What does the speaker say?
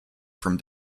from